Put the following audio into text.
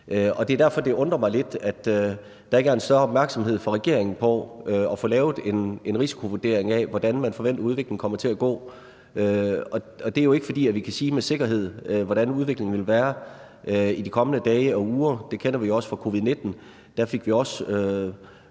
det undrer mig lidt, at der ikke er en større opmærksomhed fra regeringens side på at få lavet en risikovurdering af, hvordan man forventer at udviklingen kommer til at gå. Og det er jo ikke, fordi vi med sikkerhed kan sige, hvordan udviklingen vil være i de kommende dage og uger. Det kender vi også fra covid-19;